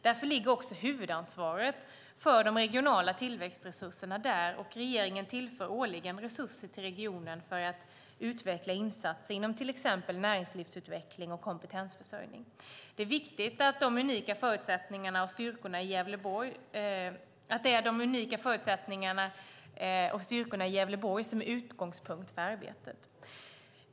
Därför ligger också huvudansvaret för de regionala tillväxtresurserna där. Regeringen tillför årligen resurser till regionen för att utveckla insatser inom till exempel näringslivsutveckling och kompetensförsörjning. Det är viktigt att det är de unika förutsättningarna och styrkorna i Gävleborg som är utgångspunkt för arbetet.